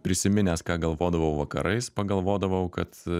prisiminęs ką galvodavau vakarais pagalvodavau kad